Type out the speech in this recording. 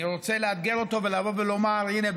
אני רוצה לאתגר אותו ולבוא ולומר: הינה,